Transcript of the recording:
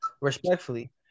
respectfully